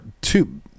two